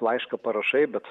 laišką parašai bet